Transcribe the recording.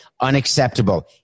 unacceptable